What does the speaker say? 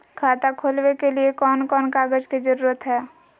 खाता खोलवे के लिए कौन कौन कागज के जरूरत है?